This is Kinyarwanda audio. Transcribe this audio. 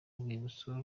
urwibutso